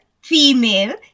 female